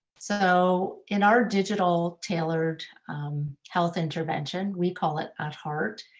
so in our digital tailored health intervention, we call it at heart,